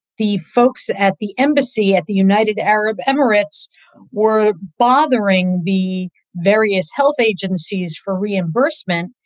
the folks at the embassy at the united arab emirates were bothering the various health agencies for reimbursement.